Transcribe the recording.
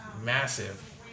massive